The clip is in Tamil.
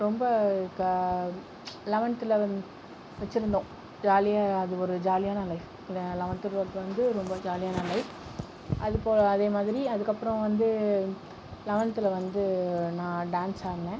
ரொம்ப க லெவன்த்தில் வந்து வச்சுருந்தோம் ஜாலியாக அது ஒரு ஜாலியான லைப் லெவல்த் டூவெல்த் வந்து ரொம்ப ஜாலியான லைப் அதே மாதிரி அதுக்கப்பறம் வந்து லெவெல்த்தில் வந்து நான் டான்ஸ் ஆடினேன்